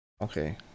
Okay